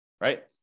right